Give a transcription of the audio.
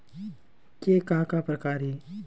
के का का प्रकार हे?